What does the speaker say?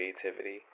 creativity